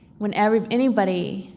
when every. anybody.